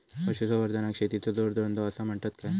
पशुसंवर्धनाक शेतीचो जोडधंदो आसा म्हणतत काय?